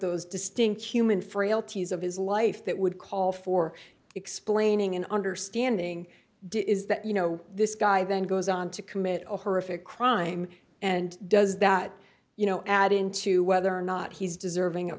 those distinct human frailties of his life that would call for explaining an understanding did is that you know this guy then goes on to commit a horrific crime and does that you know add in to whether or not he's deserving of